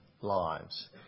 lives